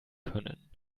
können